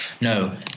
No